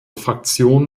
fraktion